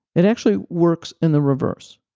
it actually works in the reverse.